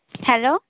hello